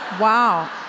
Wow